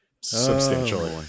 Substantially